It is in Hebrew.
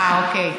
אה, אוקיי.